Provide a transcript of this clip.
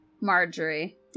Marjorie